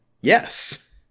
Yes